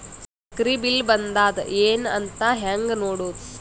ಸಕ್ರಿ ಬಿಲ್ ಬಂದಾದ ಏನ್ ಇಲ್ಲ ಅಂತ ಹೆಂಗ್ ನೋಡುದು?